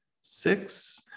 six